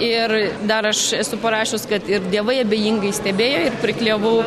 ir dar aš esu parašius kad ir dievai abejingai stebėjo ir priklijavau